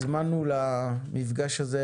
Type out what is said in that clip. הזמנו למפגש הזה